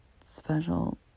special